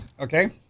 Okay